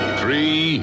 three